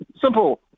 Simple